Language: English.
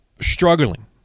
struggling